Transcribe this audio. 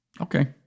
Okay